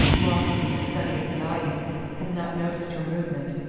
lost in the study of the audience, had not noticed her movement,